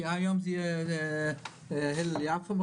כי היום זה יהיה הלל יפה,